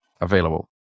available